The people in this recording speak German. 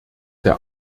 der